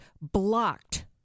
blocked